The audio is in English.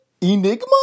enigma